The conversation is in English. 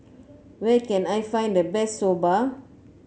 where can I find the best Soba